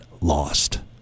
lost